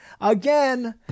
again